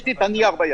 יש לי את הנייר ביד.